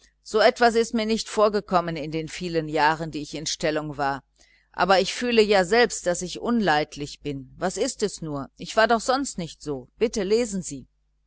so etwas ist mir nicht vorgekommen in den vielen jahren die ich in stellung war aber ich fühle ja selbst daß ich unleidlich bin was ist es denn nur ich war doch sonst nicht so bitte lesen sie